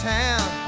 town